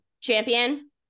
Champion